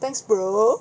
thanks bro